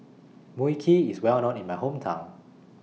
Mui Kee IS Well known in My Hometown